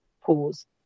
pause